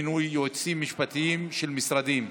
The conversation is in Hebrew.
מינוי יועצים משפטיים של משרדים),